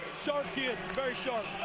sharp kid, very sharp.